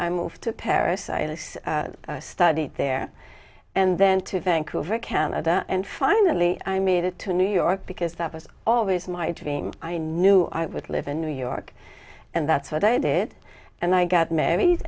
i moved to paris i studied there and then to vancouver canada and finally i made it to new york because that was always my dream i knew i would live in new york and that's what i did and i got married